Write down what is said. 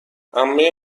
عمه